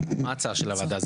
מה הצעה של הוועדה?